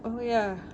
oh ya